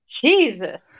Jesus